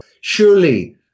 surely